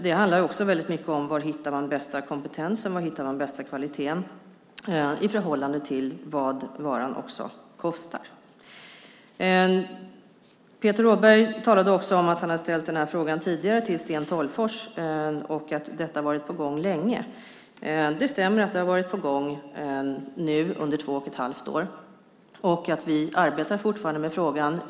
Det handlar också väldigt mycket om var man hittar den bästa kompetensen och den bästa kvaliteten i förhållande till vad varan kostar. Peter Rådberg talade också om att han hade ställt den här frågan tidigare till Sten Tolgfors och att detta varit på gång länge. Det stämmer att det har varit på gång under två och ett halvt år. Vi arbetar fortfarande med frågan.